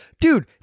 dude